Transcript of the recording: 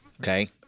okay